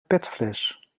petfles